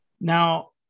Now